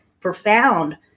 profound